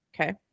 okay